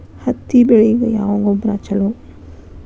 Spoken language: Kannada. ಹತ್ತಿ ಬೆಳಿಗ ಯಾವ ಗೊಬ್ಬರ ಛಲೋ?